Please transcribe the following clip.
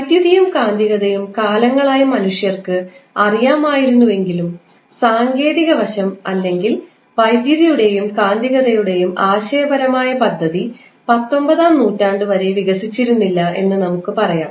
വൈദ്യുതിയും കാന്തികതയും കാലങ്ങളായി മനുഷ്യർക്ക് അറിയാമായിരുന്നുവെങ്കിലും സാങ്കേതിക വശം അല്ലെങ്കിൽ വൈദ്യുതിയുടെയും കാന്തികതയുടെയും ആശയപരമായ പദ്ധതി 19 ാം നൂറ്റാണ്ടുവരെ വികസിച്ചിരുന്നില്ല എന്ന് നമുക്ക് പറയാം